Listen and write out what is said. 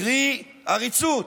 קרי עריצות.